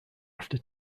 after